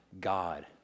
God